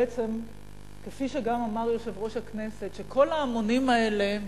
כפי שגם אמר יושב-ראש הכנסת שכל ההמונים האלה,